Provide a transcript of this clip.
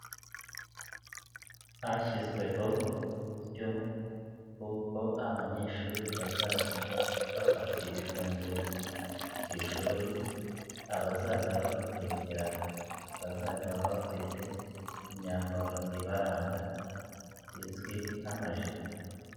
Hashyizweho uburyo bw'uko abanyeshuri bazajya bafatira ifunguro ku ishuri, abazajya babatekera, bazajya baba bafite imyambaro ibaranga, izwi nk'amajiri.